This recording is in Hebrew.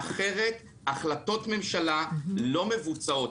אחרת החלטות ממשלה לא מבוצעות.